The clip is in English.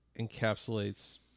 encapsulates